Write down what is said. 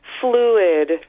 fluid